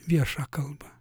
viešą kalbą